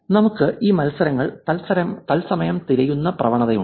നമുക്ക് ഈ മത്സരങ്ങൾ തത്സമയം തിരയുന്ന പ്രവണതയുണ്ട്